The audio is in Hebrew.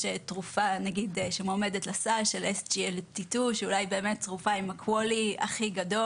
יש תרופה שמועמדת לסל של SGLT2 שהיא אולי התרופה עם ה-QALY הכי גדול.